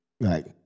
Right